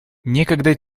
некогда